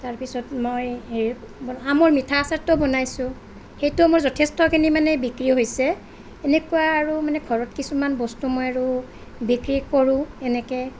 তাৰপিছত মই সেই আমৰ মিঠা আচাৰটো বনাইছোঁ সেইটো মোৰ যথেষ্টখিনি মানে বিক্ৰী হৈছে এনেকুৱা আৰু মানে ঘৰত কিছুমান বস্তু মই আৰু বিক্ৰী কৰোঁ এনেকে